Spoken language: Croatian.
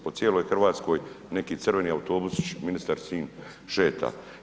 Po cijeloj Hrvatskoj neki crveni autobusić ministar s njim šeta.